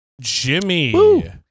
Jimmy